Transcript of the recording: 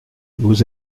vous